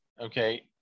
okay